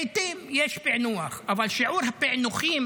לעיתים יש פענוח, אבל שיעור הפיענוחים